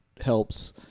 helps